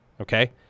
okay